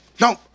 no